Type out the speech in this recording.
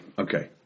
okay